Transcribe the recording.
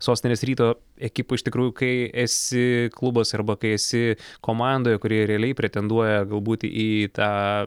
sostinės ryto ekipa iš tikrųjų kai esi klubas arba kai esi komandoje kuri realiai pretenduoja gal būti į tą